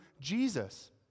Jesus